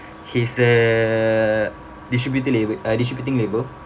his uh distributor labe~ uh distributing label